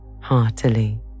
heartily